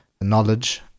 knowledge